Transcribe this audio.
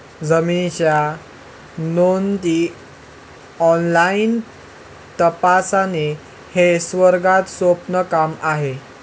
जमिनीच्या नोंदी ऑनलाईन तपासणे हे सर्वात सोपे काम आहे